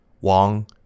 Wang